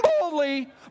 boldly